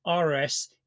RS